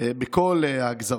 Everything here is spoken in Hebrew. בכל הגזרות.